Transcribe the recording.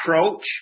approach